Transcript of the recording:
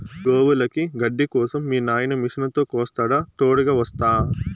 గోవులకి గడ్డి కోసం మీ నాయిన మిషనుతో కోస్తాడా తోడుగ వస్తా